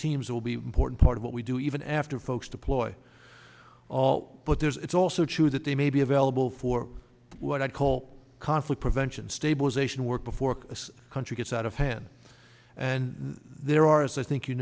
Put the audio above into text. will be important part of what we do even after folks deploy all but there's it's also true that they may be available for what i call conflict prevention stabilization work before this country gets out of hand and there are as i think you